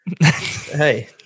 hey